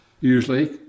usually